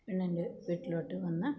പെണ്ണിൻ്റെ വീട്ടിലോട്ട് വന്ന്